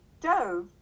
dove